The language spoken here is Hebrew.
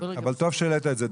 אבל טוב שהעלית את זה,